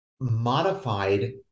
modified